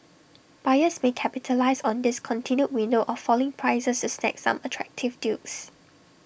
buyers may capitalise on this continued window of falling prices to snag some attractive deals